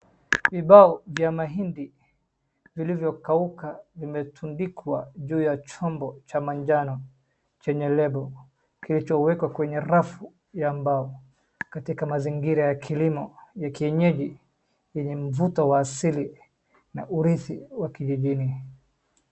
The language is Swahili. Vibao vya mahindi vilivyokauka vimetundikwa juu ya chombo cha manjano chenye label kilichowekwa kwenye rafu ya mbao. Katika mazingira ya kilimo ya kienyeji yeye mvuto wa asili na uridhi wa kikijini.